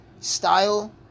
style